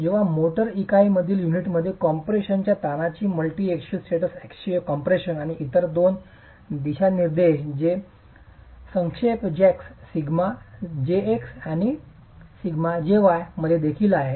जेव्हा मोर्टार इकाई मधील युनिटमध्ये कम्प्रेशनच्या ताणाची मल्टीएक्सियल स्टेटस अक्षीय कम्प्रेशन आणि इतर दोन दिशानिर्देश जे संक्षेप σjx आणि σjy मध्ये देखील आहेत